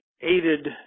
aided